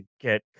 get